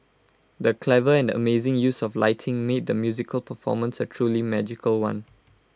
the clever and amazing use of lighting made the musical performance A truly magical one